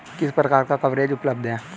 किस प्रकार का कवरेज उपलब्ध है?